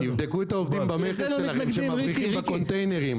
תבדקו את העובדים במכס שלכם שמבריחים בקונטיינרים.